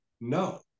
No